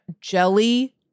jelly